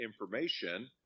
information